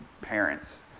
parents